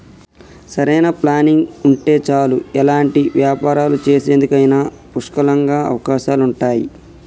సరైన ప్లానింగ్ ఉంటే చాలు ఎలాంటి వ్యాపారాలు చేసేందుకైనా పుష్కలంగా అవకాశాలుంటయ్యి